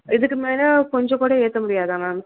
இதுக்கு மேலே கொஞ்சம் கூட ஏற்ற முடியாதா மேம்